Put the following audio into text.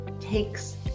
takes